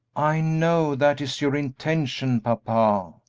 i know that is your intention, papa,